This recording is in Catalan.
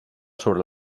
sobre